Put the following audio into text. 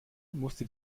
musste